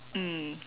mm